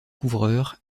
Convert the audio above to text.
couvreurs